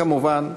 כמובן,